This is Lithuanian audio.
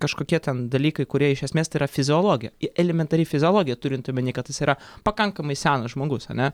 kažkokie ten dalykai kurie iš esmės tai yra fiziologija elementari fiziologija turint omeny kad jis yra pakankamai senas žmogus ane